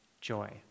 joy